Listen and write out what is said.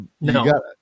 No